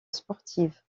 sportive